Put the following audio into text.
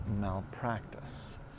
malpractice